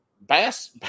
bass